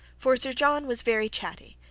for sir john was very chatty,